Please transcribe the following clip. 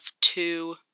two